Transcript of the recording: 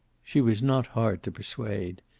she was not hard to persuade.